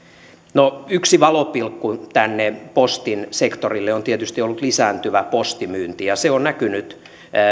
yksi valopilkku postin sektorille on tietysti ollut lisääntyvä postimyynti se on näkynyt